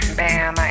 bam